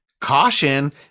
caution